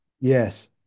Yes